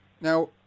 Now